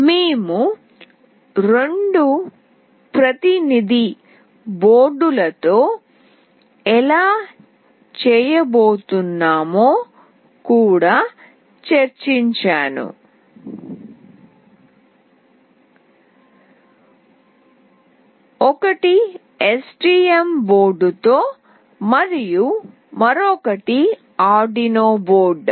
మేము రెండు ప్రతినిధి బోర్డులతో ఎలా చేయబోతున్నామో కూడా చర్చించాను ఒకటి STM బోర్డుతో మరియు మరొకటి Arduino బోర్డు